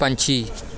ਪੰਛੀ